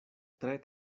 tre